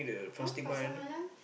no pasar malams